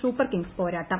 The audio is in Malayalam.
സൂപ്പർ കിംങ്സ് പോരാട്ടം